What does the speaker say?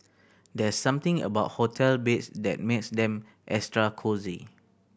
there's something about hotel beds that makes them extra cosy